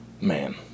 man